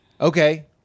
Okay